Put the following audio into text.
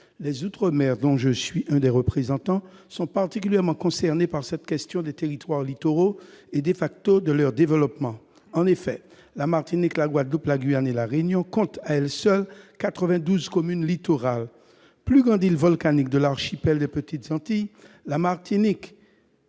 Les outre-mer, dont je suis l'un des représentants dans cet hémicycle, sont particulièrement concernés par la question des territoires littoraux et des facteurs de leur développement. En effet, la Martinique, la Guadeloupe, la Guyane et La Réunion comptent, à elles seules, 92 communes littorales. Plus grande île volcanique de l'archipel des Petites Antilles, la Martinique,